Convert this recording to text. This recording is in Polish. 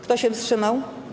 Kto się wstrzymał?